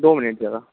दो मिनट ज़रा